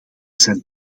zijn